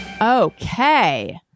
Okay